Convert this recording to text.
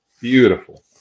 Beautiful